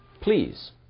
please